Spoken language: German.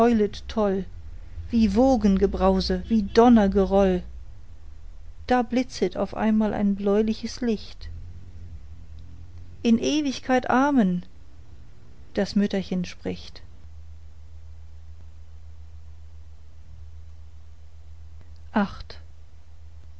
toll wie wogengebrause wie donnergroll da blitzet auf einmal ein bläuliches licht in ewigkeit amen das mütterchen spricht